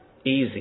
easy